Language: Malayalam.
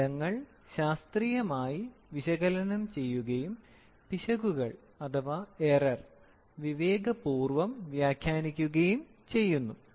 ഫലങ്ങൾ ശാസ്ത്രീയമായി വിശകലനം ചെയ്യുകയും പിശകുകൾ വിവേകപൂർവ്വം വ്യാഖ്യാനിക്കുകയും ചെയ്യുന്നു